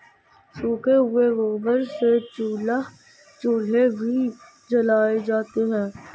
सूखे हुए गोबर से चूल्हे भी जलाए जाते हैं